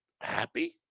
happy